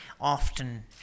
often